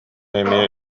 эмиэ